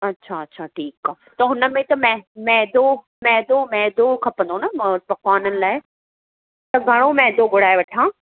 अच्छा अच्छा ठीकु आहे त हुनमें त मै मैदो मैदो मैदो खपंदो न म पकवाननि लाइ त घणो मैदो घुराए वठां